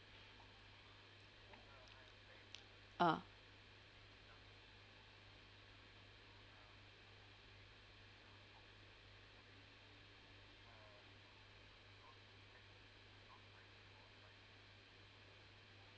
ah